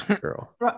girl